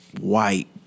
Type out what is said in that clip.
white